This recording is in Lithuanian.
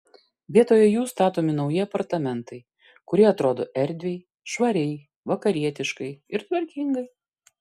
vietoje jų statomi nauji apartamentai kurie atrodo erdviai švariai vakarietiškai ir tvarkingai